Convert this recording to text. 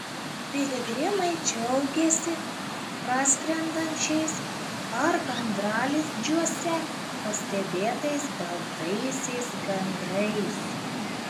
piligrimai džiaugėsi praskrendančiais ar gandralizdžiuose pastebėtais baltaisiais gandrais